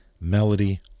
melody